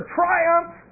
triumph